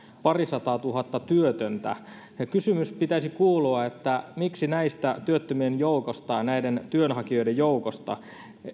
parisataatuhatta työtöntä niin kysymyksen pitäisi kuulua miksi tästä työttömien joukosta näiden työnhakijoiden joukosta